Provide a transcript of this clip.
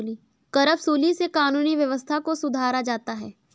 करवसूली से कानूनी व्यवस्था को सुधारा जाता है